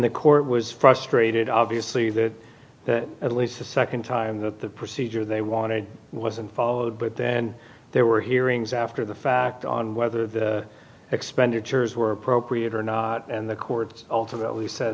the court was frustrated obviously that at least the nd time that the procedure they wanted wasn't followed but then there were hearings after the fact on whether the expenditures were appropriate or not and the courts ultimately s